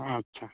ᱟᱪᱪᱷᱟ